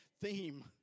theme